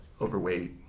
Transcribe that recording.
overweight